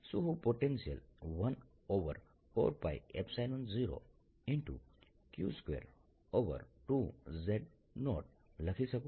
શું હું potential 140q22z0 લખી શકું